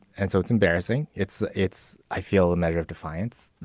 and so it's embarrassing. it's it's i feel a measure of defiance,